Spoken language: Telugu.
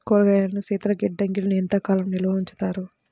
కూరగాయలను శీతలగిడ్డంగిలో ఎంత కాలం నిల్వ ఉంచుతారు?